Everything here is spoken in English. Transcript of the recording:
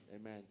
amen